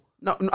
No